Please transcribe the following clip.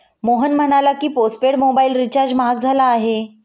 मोहन म्हणाला की, postpaid mobile recharge महाग झाला आहे